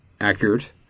accurate